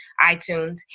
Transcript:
iTunes